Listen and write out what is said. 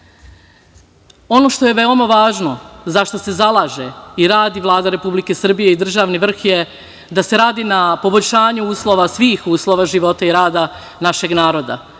Ono što je veoma važno za šta se zalaže i radi Vlada Republike Srbije i državni vrh je da se radi na poboljšanju uslova svih uslova života i rada našeg naroda,